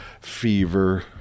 fever